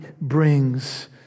brings